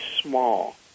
small